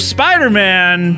Spider-Man